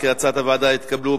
כהצעת הוועדה, נתקבלו.